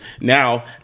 now